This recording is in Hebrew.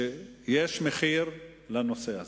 שיש מחיר לנושא הזה.